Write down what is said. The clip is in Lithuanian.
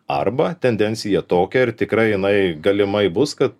arba tendencija tokia ir tikrai jinai galimai bus kad